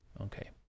Okay